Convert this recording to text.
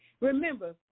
Remember